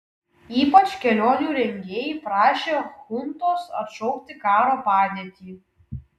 ypač kelionių rengėjai prašė chuntos atšaukti karo padėtį